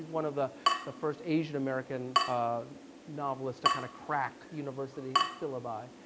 one of the the first asian-american novelists to kind of crack university syllabi.